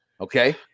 Okay